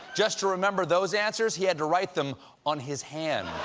just to remember those answers, he had to write them on his hand.